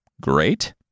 Great